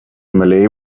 malay